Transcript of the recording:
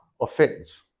offense